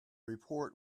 report